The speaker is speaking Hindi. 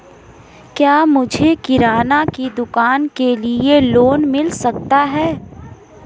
क्या मुझे किराना की दुकान के लिए लोंन मिल सकता है?